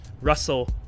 Russell